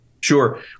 Sure